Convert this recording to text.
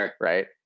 right